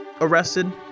arrested